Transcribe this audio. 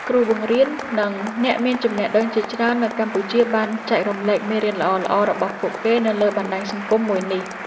គ្រូបង្រៀន និងអ្នកមានចំណេះដឹងជាច្រើននៅកម្ពុជាបានចែករំលែកមេរៀនល្អៗរបស់ពួកគេនៅលើបណ្តាញសង្គមមួយនេះ។